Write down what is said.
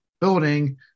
building